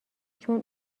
چون